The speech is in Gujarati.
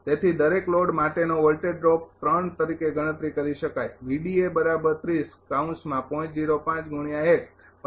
તેથી દરેક લોડ માટેનો વોલ્ટેજ ડ્રોપ 3 તરીકે ગણતરી કરી શકાય છે